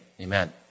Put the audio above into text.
Amen